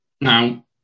Now